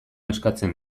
eskatzen